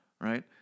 Right